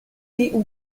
tiu